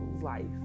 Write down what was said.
life